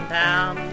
town